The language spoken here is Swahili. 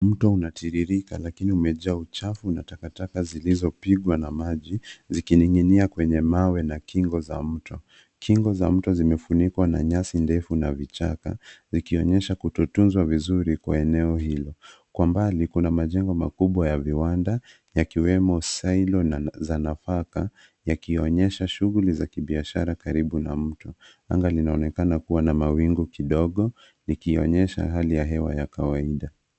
Mto una tiririka lakini ume jaa uchafu na takataka zilizopigwa na maji zikininginia kwenye mawe na kingo za mtu. Kingo za mto zimefunikwa na nyasi ndefu na vichaka vikionyesha kutunzwa vizuri kwa eneo hilo. Kwa mbali kuna majengo makubwa ya viwanda yakiwemo silo za nafaka yakionyesha shughuli za biashara karibu na mto. Anga linaonekana kuwa na mawingu kidogo likonyesha hali ya hewa ya kawaida.